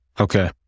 Okay